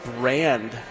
brand